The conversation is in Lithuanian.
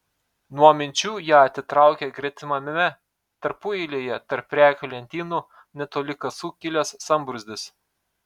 nuo minčių ją atitraukė gretimame tarpueilyje tarp prekių lentynų netoli kasų kilęs sambrūzdis